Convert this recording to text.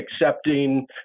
accepting